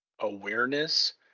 awareness